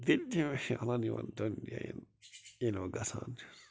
دِل چھُ مےٚ شیٚہلن یِمن دۄن جاین ییٚلہِ بہٕ گژھان چھُس